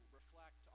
reflect